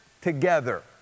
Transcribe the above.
together